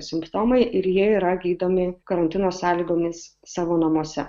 simptomai ir jie yra gydomi karantino sąlygomis savo namuose